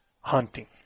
hunting